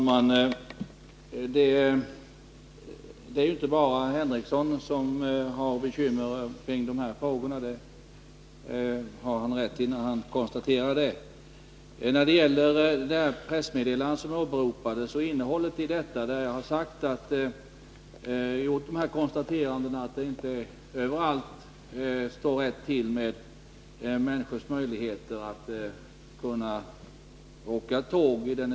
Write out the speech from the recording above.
Herr talman! Det är inte bara herr Henricsson som är bekymrad över de här frågorna — det har han rätt i. Jag har konstaterat, i det pressmeddelande som åberopades, att det inte överallt står rätt till med människors möjligheter att åka tåg.